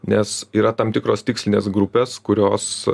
nes yra tam tikros tikslinės grupės kurios